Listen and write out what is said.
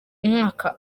umwaka